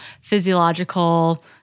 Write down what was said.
physiological